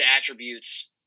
attributes